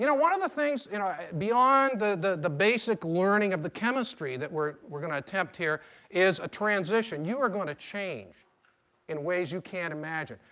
you know one of the things you know beyond the the basic learning of the chemistry that we're we're going to attempt here is a transition. you are going to change in ways you can't imagine.